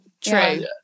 True